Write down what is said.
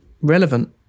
relevant